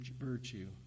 virtue